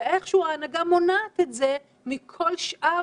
ואיכשהו ההנהגה מונעת את זה מכל שאר